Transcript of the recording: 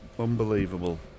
Unbelievable